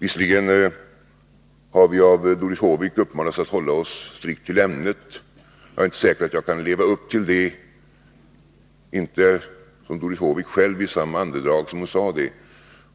Visserligen har Doris Håvik uppmanat oss att hålla oss strikt till ämnet, men jag är inte säker på att jag kan leva upp till det, särskilt som Doris Håvik själv i samma andetag som hon sade detta